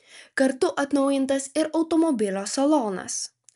kartu atnaujintas ir automobilio salonas